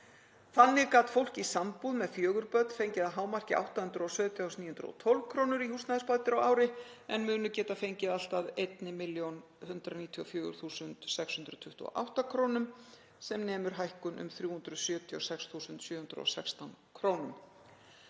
Þannig gat fólk í sambúð með fjögur börn fengið að hámarki 817.912 kr. í húsnæðisbætur á ári en mun geta fengið allt að 1.194.628 kr., sem nemur hækkun um 376.716 kr.